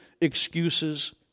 excuses